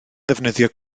ddefnyddio